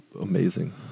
Amazing